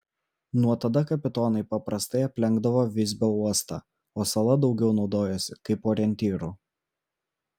nuo tada kapitonai paprastai aplenkdavo visbio uostą o sala daugiau naudojosi kaip orientyru